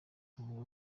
avuga